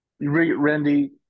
Randy